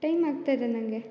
time ಆಗ್ತಾಯಿದೆ ನನಗೆ